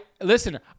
Listen